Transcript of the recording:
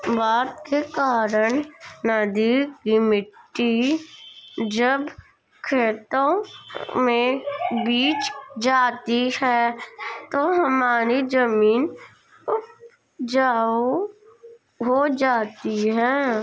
बाढ़ के कारण नदी की मिट्टी जब खेतों में बिछ जाती है तो हमारी जमीन उपजाऊ हो जाती है